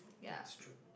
that's true